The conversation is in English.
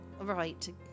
Right